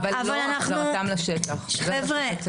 גם נאמר כאן,